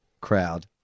crowd